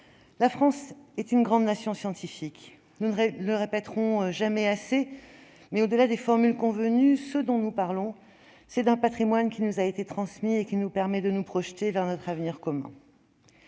la France est une grande nation scientifique, nous ne le répéterons jamais assez. Au-delà des formules convenues, nous parlons d'un patrimoine qui nous a été transmis et qui nous permet de nous projeter vers notre avenir commun.